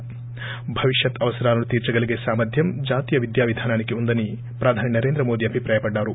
ి భవిష్యత్ అవసరాలను తీర్చగలిగే సామర్యం జాతీయ విద్యా విధానానికి ఉందని ప్రధాని నరేంద్ర మోదీ అభిప్రాయపడ్లారు